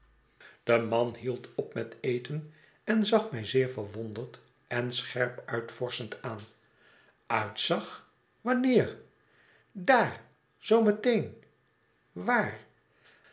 de man hield op met eten en zag mij zeer verwonderd en scherp uitvorschend aan uitzag wanneer daar zoo meteen waar